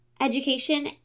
education